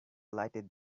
lighted